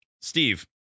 Steve